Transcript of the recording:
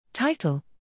Title